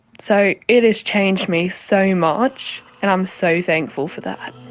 so it has changed me so much and i'm so thankful for that.